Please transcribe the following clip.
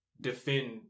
defend